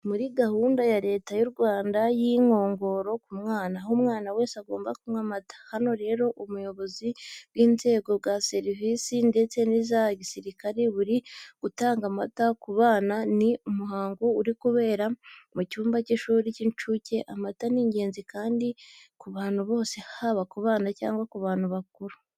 Muri gahunda ya Leta y'u Rwanda y'inkongoro ku mwana, aho umwana wese agomba kunywa amata. Hano rero ubuyobozi bw'inzego za gisivili ndetse n'iza gisirikare buri gutanga amata ku bana. Ni umuhango uri kubera mu cyumba cy'ishuri ry'incuke. Amata ni ingenzi kandi ku bantu bose haba ku bana cyangwa ku bantu bakuru.